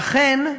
ואכן,